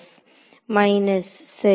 minus சரி